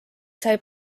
sai